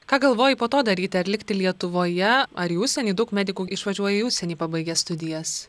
ką galvoji po to daryti ar likti lietuvoje ar į užsienį daug medikų išvažiuoja į užsienį pabaigę studijas